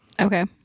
Okay